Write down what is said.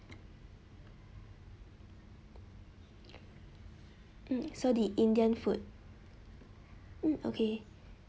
mm so the indian food mm okay